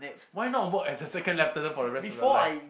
why not work as a second lieutenant for the rest of your life